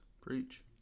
preach